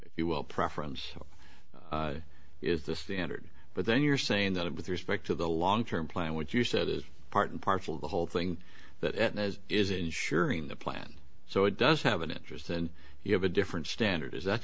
if you will preference is the standard but then you're saying that it with respect to the long term plan which you said is part and parcel of the whole thing that as is insuring the plan so it does have an interest and you have a different standard is that